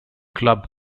club